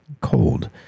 cold